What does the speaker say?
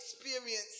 experience